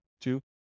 Two